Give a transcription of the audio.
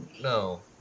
no